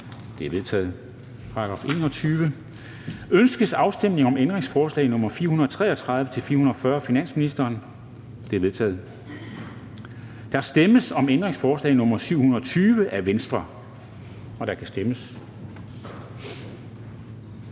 er forkastet. Ønskes afstemning om ændringsforslag nr. 373-387 af finansministeren? De er vedtaget. Der stemmes om ændringsforslag nr. 388 af finansministeren, og der kan stemmes.